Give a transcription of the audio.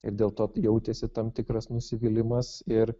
ir dėl to jautėsi tam tikras nusivylimas ir